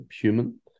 human